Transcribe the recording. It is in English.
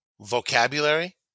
vocabulary